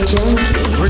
Junkie